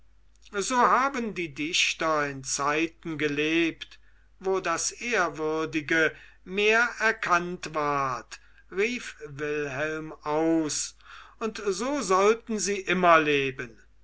so haben die dichter in zeiten gelebt wo das ehrwürdige mehr erkannt ward rief wilhelm aus und so sollten sie immer leben